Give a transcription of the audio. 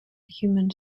human